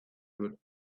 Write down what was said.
good